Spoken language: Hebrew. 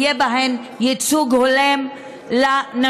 יהיה בהם ייצוג הולם לנשים.